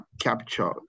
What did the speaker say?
capture